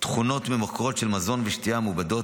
והתכונות הממכרות של מזון ושתייה מעובדים,